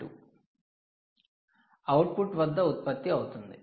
2 output వద్ద ఉత్పత్తి అవుతుంది